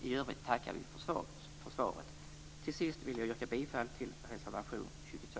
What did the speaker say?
I övrigt tackar vi för svaret. Till sist vill jag yrka bifall till reservation 22.